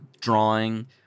drawing